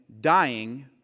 dying